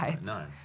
No